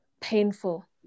painful